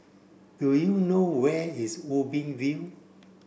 do you know where is Ubi View